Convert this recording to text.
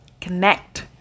connect